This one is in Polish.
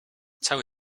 cały